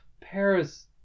Paris